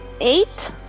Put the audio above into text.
eight